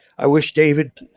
i wish david